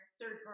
Third